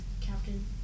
Captain